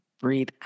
Breathe